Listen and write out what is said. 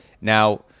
Now